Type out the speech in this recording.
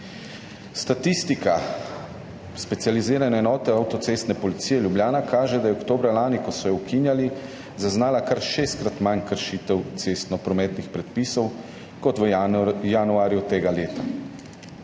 Statistika Specializirane enote avtocestne policije Ljubljana kaže, da je oktobra lani, ko so jo ukinjali, zaznala kar šestkrat manj kršitev cestnoprometnih predpisov kot v januarju tega leta.